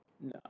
No